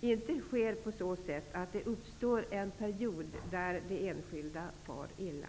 inte sker på så sätt att en period uppstår under vilken de enskilda far illa.